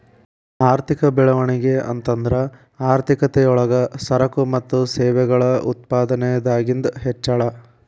ಆರ್ಥಿಕ ಬೆಳವಣಿಗೆ ಅಂತಂದ್ರ ಆರ್ಥಿಕತೆ ಯೊಳಗ ಸರಕು ಮತ್ತ ಸೇವೆಗಳ ಉತ್ಪಾದನದಾಗಿಂದ್ ಹೆಚ್ಚಳ